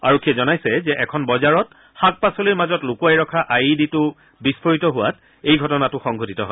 আৰক্ষীয়ে জনাইছে যে এখন বজাৰত শাক পাচলিৰ মাজত লুকুৱাই ৰখা আই ই ডিটো বিস্ফোৰিত হোৱাত এই ঘটনাটো সংঘটিত হয়